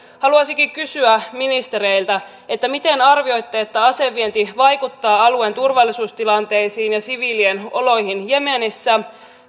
haluaisinkin kysyä ministereiltä miten arvioitte että asevienti vaikuttaa alueen turvallisuustilanteisiin ja siviilien oloihin jemenissä